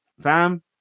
Fam